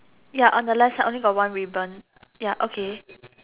ya on the left side only got one ribbon ya okay